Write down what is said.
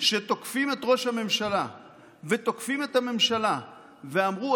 שתוקפים את ראש הממשלה ותוקפים את הממשלה ואמרו: